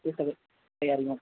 ते सगळी तयारी मग